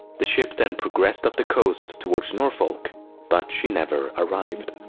the ship then progressed up the coast towards norfolk but she never arrived.